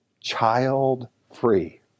child-free